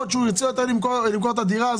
יכול להיות שהוא ירצה למכור את הדירה.